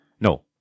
no